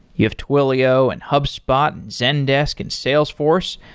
you have twilio, and hubspot, and zendesk and salesforce.